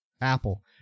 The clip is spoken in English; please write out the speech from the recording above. Apple